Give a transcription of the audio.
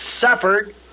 suffered